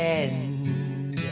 end